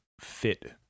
fit